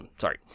Sorry